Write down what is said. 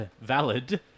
valid